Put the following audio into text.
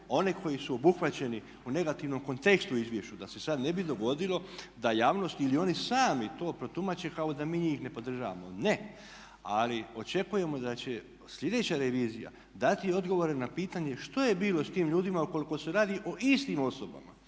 one koji su obuhvaćeni u negativnom kontekstu u izvješću, da se sada ne bi dogodilo da javnost ili oni sami to protumače kao da mi njih ne podržavamo. Ne. Ali očekujemo da će sljedeća revizija dati odgovore na pitanje što je bilo sa tim ljudima ukoliko se radi o istim osobama.